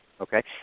Okay